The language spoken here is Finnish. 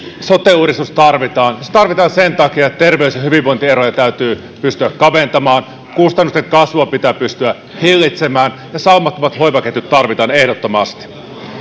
sote uudistus tarvitaan se tarvitaan sen takia että terveys ja hyvinvointieroja täytyy pystyä kaventamaan kustannusten kasvua pitää pystyä hillitsemään ja saumattomat hoivaketjut tarvitaan ehdottomasti